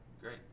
Great